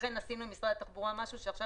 לכן עשינו עם משרד התחבורה משהו שעכשיו